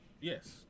Yes